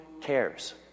cares